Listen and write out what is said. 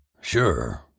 Sure